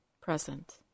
present